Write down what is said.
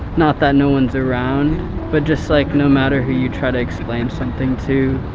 not that no one's around but just like no matter who you try to explain something to,